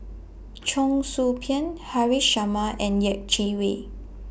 Cheong Soo Pieng Haresh Sharma and Yeh Chi Wei